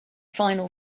final